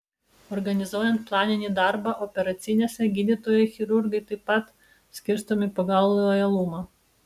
organizuojant planinį darbą operacinėse gydytojai chirurgai taip pat skirstomi pagal lojalumą